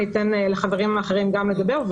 אני אתן לחברים האחרים גם לדבר.